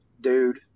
Dude